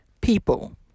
people